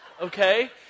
okay